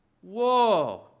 Whoa